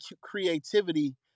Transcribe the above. creativity